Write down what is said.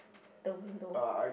the window